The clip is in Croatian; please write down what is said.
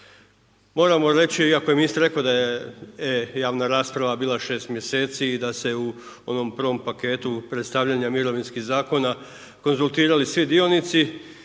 Moramo reći, iako je ministar rekao da je e-javna rasprava bila 6 mj. i da se u onom prvom paketu predstavljanja mirovinskih zakona konzultirali svi dionici,